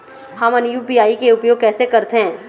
हमन यू.पी.आई के उपयोग कैसे करथें?